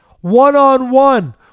one-on-one